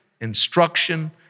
instruction